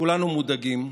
כולנו מודאגים,